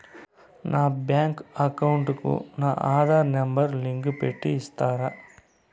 నా bank account కు నా ఆధార్ నెంబర్ లింకు పెట్టి ఇస్తారా?